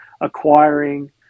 acquiring